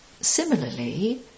Similarly